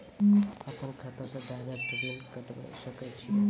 अपन खाता से डायरेक्ट ऋण कटबे सके छियै?